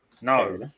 no